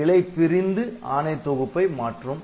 BX கிளை பிரிந்து ஆணைத் தொகுப்பை மாற்றும்